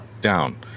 down